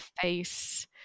face